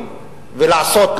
רשויות מקומיות חלשות באזורי הפיתוח,